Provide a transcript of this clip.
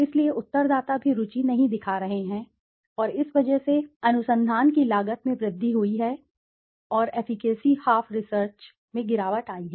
इसीलिए उत्तरदाता भी रुचि नहीं दिखा रहे हैं और इस वजह से अनुसंधान की लागत में वृद्धि हुई है और एफीकेसी हाफ रिसर्च में गिरावट आई है